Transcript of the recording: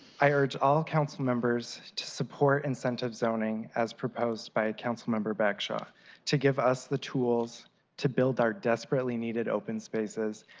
i urge all councilmembers to support incentive zoning as proposed by councilmember back shaw to give us the tools to build our desperately needed open spaces,